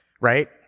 right